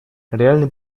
реальный